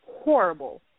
horrible